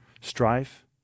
strife